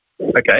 okay